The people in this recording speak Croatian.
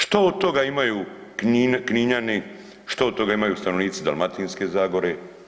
Što od toga imaju Kninjani, što od toga imaju stanovnici Dalmatinske zagore?